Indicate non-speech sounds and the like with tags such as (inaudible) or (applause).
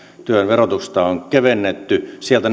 työn verotusta on kevennetty sieltä (unintelligible)